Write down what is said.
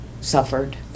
suffered